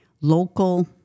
local